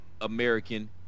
American